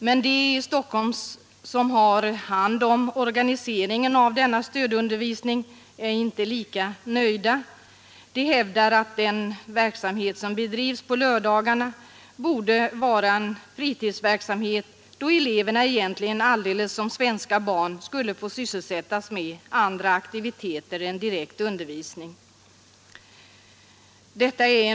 Men de i Stockholm som har hand om organiseringen av denna stödundervisning är inte lika nöjda. De hävdar att den verksamhet som bedrivs på lördagarna borde vara en fritidsverksamhet, då eleverna egentligen alldeles som svenska barn skulle få sysselsättas med andra aktiviteter än direkt undervisning.